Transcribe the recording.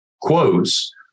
quotes